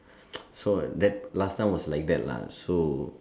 so last time was like that lah so